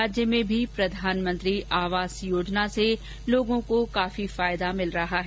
राज्य में भी प्रधानमंत्री आवास योजना से लोगों को काफी फायदा मिल रहा है